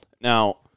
Now